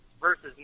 versus